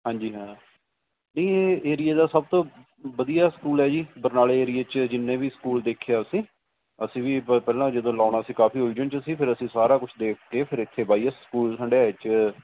ਹਾਂਜੀ ਹਾਂ ਇਹ ਏਰੀਏ ਦਾ ਸਭ ਤੋਂ ਵਧੀਆ ਸਕੂਲ ਹੈ ਜੀ ਬਰਨਾਲੇ ਏਰੀਏ 'ਚ ਜਿੰਨੇ ਵੀ ਸਕੂਲ ਦੇਖੇ ਅਸੀਂ ਅਸੀਂ ਵੀ ਪਹਿਲਾਂ ਜਦੋਂ ਲਾਉਣਾ ਸੀ ਕਾਫੀ ਉਲਝਣ 'ਚ ਸੀ ਫਿਰ ਅਸੀਂ ਸਾਰਾ ਕੁਝ ਦੇਖ ਕੇ ਫਿਰ ਇੱਥੇ ਵਾਈ ਐੱਸ ਸਕੂਲ ਹੰਡਿਆਏ 'ਚ